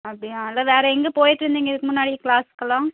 அப்படியா இல்லை வேறு எங்கே போயிட்டுருந்தீங்க இதுக்கு முன்னாடி க்ளாஸுக்கெல்லாம்